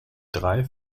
drei